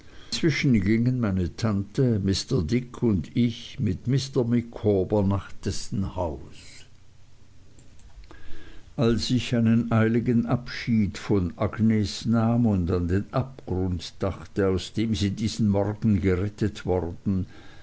inzwischen gingen meine tante mr dick und ich mit mr micawber nach dessen hause als ich einen eiligen abschied von agnes nahm und an den abgrund dachte aus dem sie diesen morgen gerettet worden